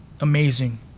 amazing